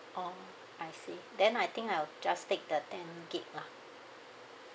oh I see then I think I will just take the ten gig lah